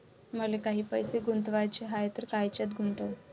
मले काही पैसे गुंतवाचे हाय तर कायच्यात गुंतवू?